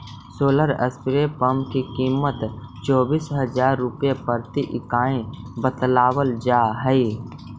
solar spray pump की कीमत चौबीस हज़ार रुपए प्रति इकाई बतावल जा हई